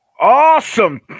awesome